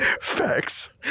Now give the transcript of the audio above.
Facts